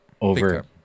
over